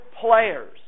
players